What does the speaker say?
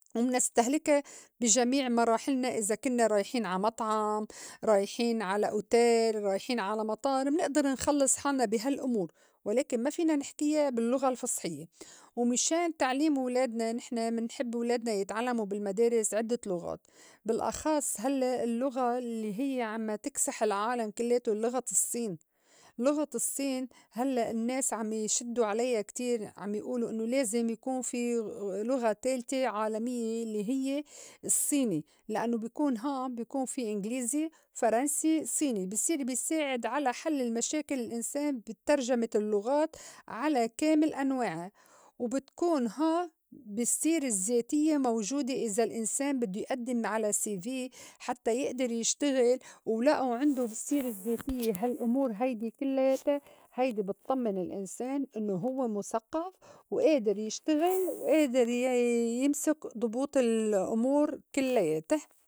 ومنسْتهلكا بي جميع مراحلنا إذا كنّا رايحين عمطعم، رايحين على أوتيل، رايحين على مطار، منئدر نخلّص حالنا بي هالأمور ولكن ما فينا نحكيا باللّغة الفصحية. ومِشان تعليم ولادنا نحن منحب ولادنا يتعلّمو بالمدارس عدّة لُغات بالأخص هلّئ اللّغة الّي هيّ عم تكسح العالم كلّياتو لُغة الصّين لُغة الصّين هلّأ النّاس عم يشدّو عليا كتير عم يئولو إنّو لازم يكون في لغة تالتة عالميّة الّي هيّ الصّيني لإنّو بي كون هون بي كون في إنغليزي، فرنسي، صيني، بصير بي ساعد على حل المشاكل الإنسان بترجمة اللّغات على كامل أنواعا وبتكون ها بالسّيرة الزّاتيّة موجودة إذا الإنسان بدّو يئدّم علي cv حتّى يئدر يشتغل ولئو عِندو بالسّيرة الزّاتيّة هالأمور هيدي كلّياتا هيدي بطمّن الإنسان إنّو هوّ مُثقّف وئادر يشتغل وئادر ي- يمسك ضبوط الأمور كلّياتا.